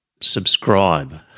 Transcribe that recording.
subscribe